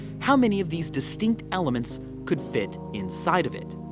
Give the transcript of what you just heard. how many of these distinct elements could fit inside of it.